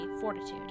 fortitude